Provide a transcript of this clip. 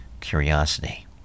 curiosity